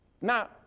Now